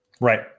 Right